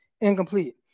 incomplete